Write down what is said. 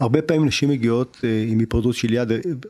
הרבה פעמים נשים מגיעות עם הפרדות שלייה